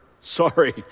Sorry